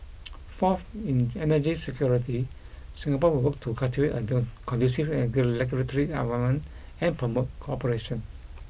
fourth in energy security Singapore will work to cultivate a conducive regulatory environment and promote cooperation